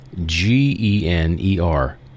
G-E-N-E-R